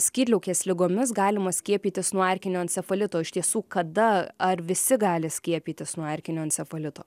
skydliaukės ligomis galima skiepytis nuo erkinio encefalito iš tiesų kada ar visi gali skiepytis nuo erkinio encefalito